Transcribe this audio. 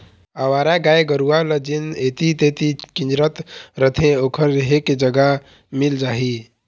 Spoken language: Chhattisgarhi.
अवारा गाय गरूवा ल जेन ऐती तेती किंजरत रथें ओखर रेहे के जगा मिल जाही